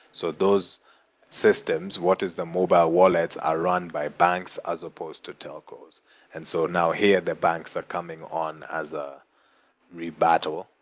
so those systems, what is the mobile wallet, are ran by banks as supposed to telcos and so now, here, the banks are coming on as a re-battle,